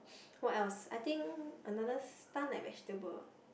what else I think another stunt like vegetable